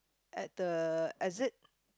at the exit